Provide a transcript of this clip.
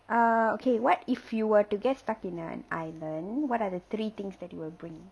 err okay what if you were to get stuck in an island what are the three things that you will bring